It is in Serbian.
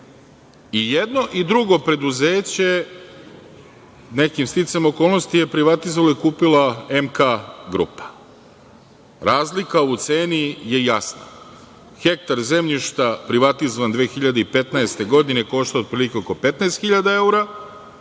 I jedno i drugo preduzeće, nekim sticajem okolnosti, privatizovala je i kupila MK grupa. Razlika u ceni je jasna. Hektar zemljišta privatizovan 2015. godine je koštao otprilike oko 15.000 evra,